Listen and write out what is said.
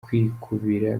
kwikubira